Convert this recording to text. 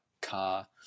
CAR